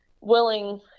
Willing